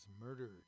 murdered